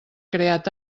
creat